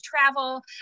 travel